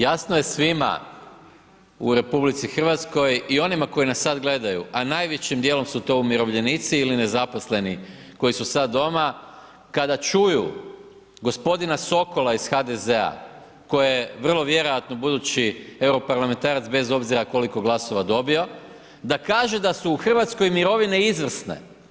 Jasno je svima u RH i onima koji nas sad gledaju a najvećim djelom su to umirovljenici ili nezaposleni koji su sad doma, kada čuju g. Sokola iz HDZ-a koji je vrlo vjerojatno budući europarlamentarac bez obzira koliko glasova dobio, da kaže da su u Hrvatskoj mirovine izvrsne.